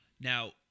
Now